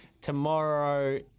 Tomorrow